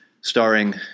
starring